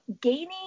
gaining